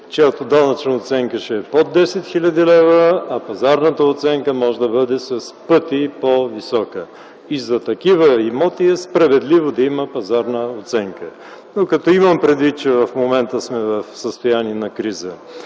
чиято данъчна оценка ще е под 10 000 лв., а пазарната оценка може да бъде с пъти по-висока и за такива имоти е справедливо да има пазарна оценка. Но като имам предвид, че в момента сме в състояние на криза,